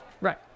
Right